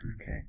Okay